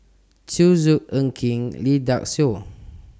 Zhu Xu Ng Eng Kee Lee Dai Soh